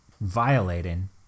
violating